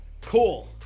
Cool